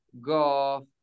golf